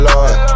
Lord